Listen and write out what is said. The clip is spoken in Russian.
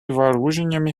вооружениями